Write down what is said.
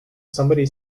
somebody